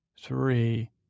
Three